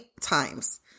times